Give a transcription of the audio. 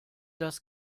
das